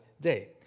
day